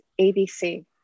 ABC